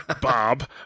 Bob